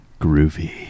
Groovy